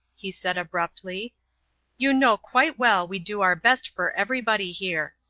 he said, abruptly you know quite well we do our best for everybody here.